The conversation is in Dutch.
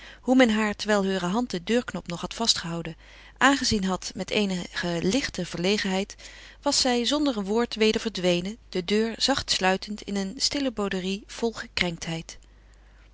hoe men haar terwijl heure hand den deurknop nog had vastgehouden aangezien had met eenige lichte verlegenheid was zij zonder een woord weder verdwenen de deur zacht sluitend in een stille bouderie vol